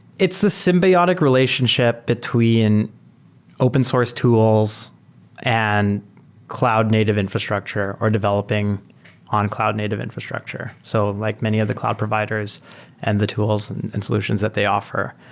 it's the symbiotic relationship between open source tools and cloud native infrastructure or developing on cloud native infrastructure, so like many of the cloud providers and the tools and and solutions that they offer.